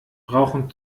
brauchen